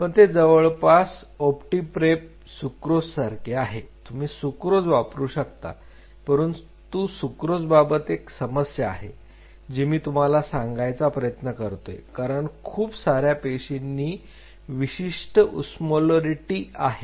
पण ते जवळपास ओप्टीप्रेप सुक्रोजसारखे आहे तुम्ही सुक्रोज वापरू शकता परंतु सुक्रोजबाबत एक समस्या आहे जी मी तुम्हाला सांगायचा प्रयत्न करतोय कारण खूप सार्या पेशींना विशिष्ट उस्मोलारिटी आहे